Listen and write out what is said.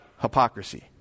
hypocrisy